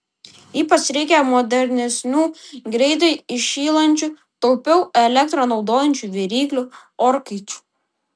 ypač reikia modernesnių greitai įšylančių taupiau elektrą naudojančių viryklių orkaičių